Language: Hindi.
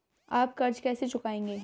आप कर्ज कैसे चुकाएंगे?